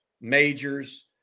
Majors